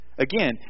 Again